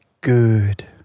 good